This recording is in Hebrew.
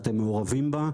אתם מעורבים בה.